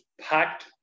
packed